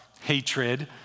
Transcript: hatred